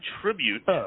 tribute